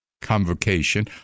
convocation